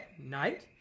night